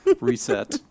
Reset